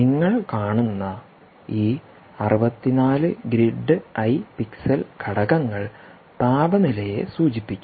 നിങ്ങൾ കാണുന്ന ഈ 64 ഗ്രിഡ് ഐ പിക്സൽ ഘടകങ്ങൾ താപനിലയെ സൂചിപ്പിക്കുന്നു